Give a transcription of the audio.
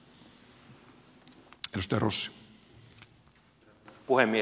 herra puhemies